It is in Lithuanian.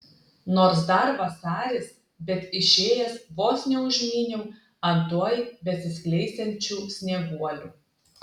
nors dar vasaris bet išėjęs vos neužmyniau ant tuoj besiskleisiančių snieguolių